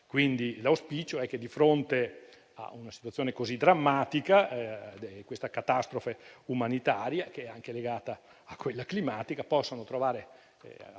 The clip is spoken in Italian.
L'auspicio è che, di fronte a una situazione così drammatica, a una catastrofe umanitaria che è anche legata a quella climatica, possano trovare